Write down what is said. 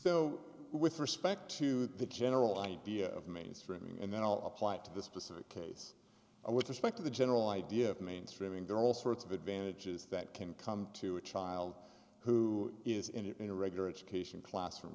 so with respect to the general idea of mainstreaming and then i'll apply it to this specific case i would suspect of the general idea of mainstreaming there are all sorts of advantages that can come to a child who is in a regular education classroom